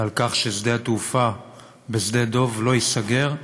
ועל כך ששדה התעופה בשדה-דב לא ייסגר,